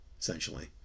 essentially